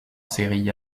serie